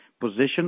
position